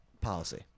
policy